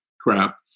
crap